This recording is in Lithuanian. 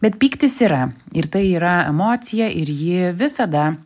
bet pyktis yra ir tai yra emocija ir ji visada